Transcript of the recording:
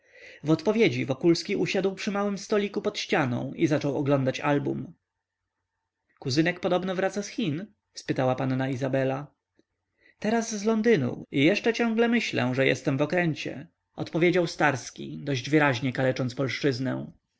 w odpowiedzi wokulski usiadł przy małym stoliku pod ścianą i zaczął oglądać album kuzynek podobno wraca z chin spytała panna izabela teraz z londynu i jeszcze ciągle myślę że jestem w okręcie odpowiedział starski dość wyraźnie kalecząc